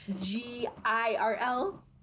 G-I-R-L